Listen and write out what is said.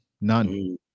None